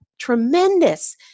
tremendous